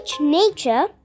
nature